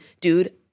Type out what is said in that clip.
dude